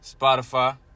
Spotify